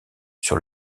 sur